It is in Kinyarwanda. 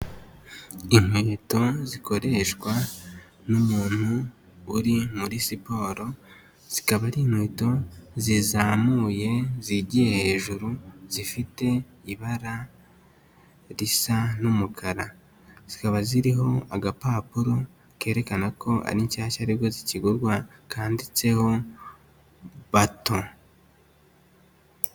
Inkweto zikoreshwa n'umuntu uri muri siporo zikaba ari inkweto zizamuye zigiye hejuru zifite ibara risa n'umukara zikaba ziriho agapapuro kerekana ko ari nshyashya aribwo zikigurwa kandiditseho bato.